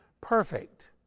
perfect